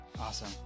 Awesome